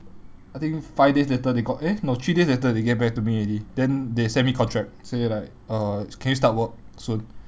I think five days later they got eh no three days later they get back to me already then they send me contract say like uh can you start work soon